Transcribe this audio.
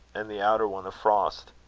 and the outer one of frost.